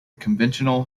conventional